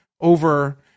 over